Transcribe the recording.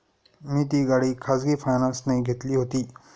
मी ती गाडी खाजगी फायनान्सने घेतली होती